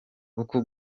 uko